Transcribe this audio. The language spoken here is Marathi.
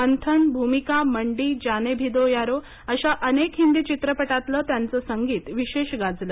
मंथन भूमिका मंडी जाने भी दो यारो अशा अनेक हिंदी चित्रपटांतलं त्यांचं संगीत विशेष गाजलं